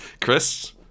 Chris